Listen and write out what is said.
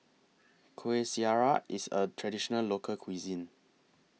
Kuih Syara IS A Traditional Local Cuisine